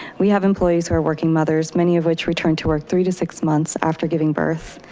we have employees who are working mothers many of which return to work, three to six months after giving birth.